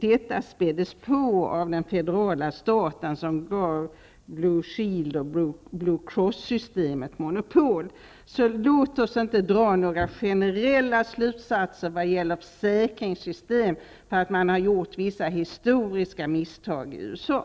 Detta späddes på av den federala makten, som gav Låt oss alltså inte dra några generella slutsatser beträffande försäkringssystem på grundval av att man har gjort vissa historiska misstag i USA.